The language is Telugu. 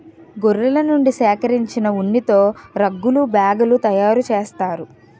గొర్రెల నుండి సేకరించిన ఉన్నితో రగ్గులు బ్యాగులు తయారు చేస్తారు